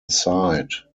side